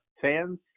fans